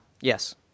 Yes